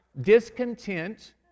discontent